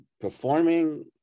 performing